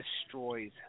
destroys